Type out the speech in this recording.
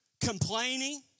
complaining